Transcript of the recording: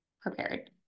prepared